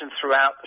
throughout